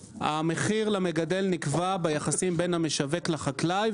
המחיר למגדל נקבע ביחסים בין המשווק לחקלאי,